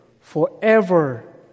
forever